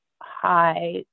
high